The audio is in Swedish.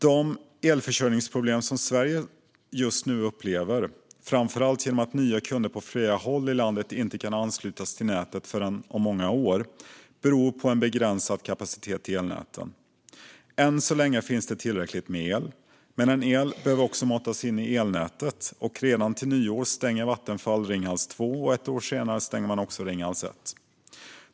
De elförsörjningsproblem som Sverige just nu upplever, framför allt genom att nya kunder på flera håll i landet inte kan anslutas till nätet förrän om många år, beror på begränsad kapacitet i elnäten. Än så länge finns det tillräckligt med el. Men el behöver också matas in i elnätet, och redan till nyår stänger Vattenfall Ringhals 2. Ett år senare stänger man också Ringhals 1.